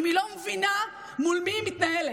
אם היא לא מבינה מול מי היא מתנהלת?